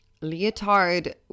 Leotard